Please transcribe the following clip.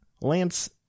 Lance